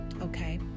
okay